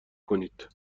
کنید